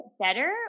better